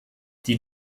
die